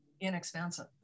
inexpensive